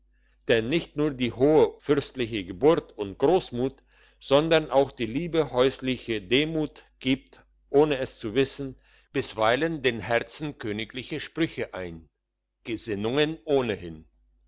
denn nicht nur die hohe fürstliche geburt und grossmut sondern auch die liebe häusliche demut gibt ohne es zu wissen bisweilen den herzen königliche sprüche ein gesinnungen ohnehin